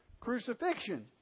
crucifixion